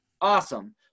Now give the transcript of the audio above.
awesome